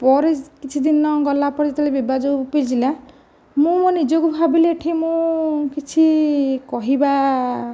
ପରେ କିଛି ଦିନ ଗଲାପରେ ଯେତେବେଳେ ବିବାଦ ଉପୁଜିଲା ମୁଁ ମୋ ନିଜକୁ ଭାବିଲି ଏଇଠି ମୁଁ କିଛି କହିବା